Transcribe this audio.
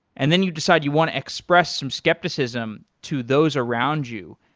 and then you decide you want express some skepticism to those around you.